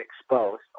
exposed